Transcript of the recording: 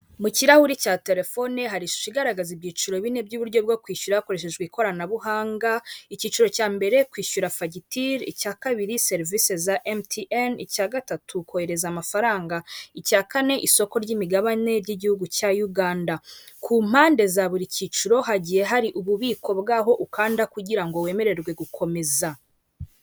Abagenza amaguru mu gihe bambukiranya umuhanda, bakomeje guhabwa agaciro kabo bakambuka nta nkomyi, ibinyabiziga bigahagarara bakambuka neza.